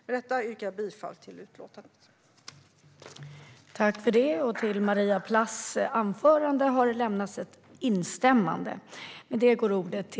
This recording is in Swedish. Med detta yrkar jag bifall till utskottets förslag.